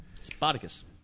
Spartacus